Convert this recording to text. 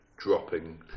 dropping